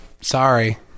Sorry